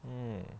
mm